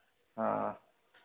हाँ